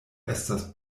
estas